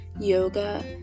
yoga